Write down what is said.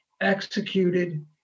executed